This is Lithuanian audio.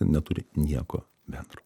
neturi nieko bendro